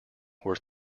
were